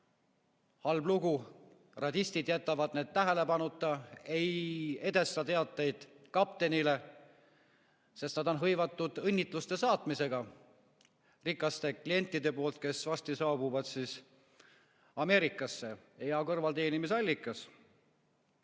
halb lugu, radistid jätavad need tähelepanuta, ei edasta teateid kaptenile, sest nad on hõivatud õnnitluste saatmisega rikastelt klientidelt, kes varsti saabuvad Ameerikasse. Hea kõrvalteenimise allikas.